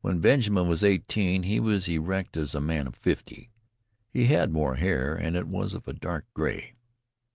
when benjamin was eighteen he was erect as a man of fifty he had more hair and it was of a dark gray